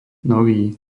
nový